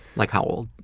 like how old?